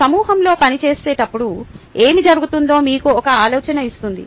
సమూహంలో పని చేసేటప్పుడు ఏమి జరుగుతుందో మీకు ఒక ఆలోచన ఇస్తుంది